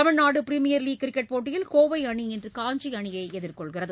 Tamil Nadu premier league cricket போட்டியில் கோவை அணி இன்று காஞ்சி அணியை எதிர்கொள்கிறது